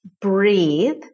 breathe